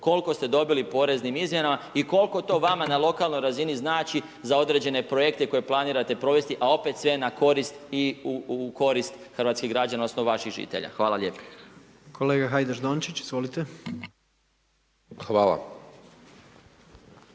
koliko ste dobili poreznim izmjenama i koliko to vama na lokalnoj razini znači za određene projekte koje planirate provesti, a opet sve na korist i u korist hrvatskih građana odnosno vaših žitelja. Hvala lijepo. **Jandroković, Gordan